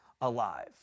alive